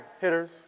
hitters